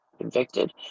convicted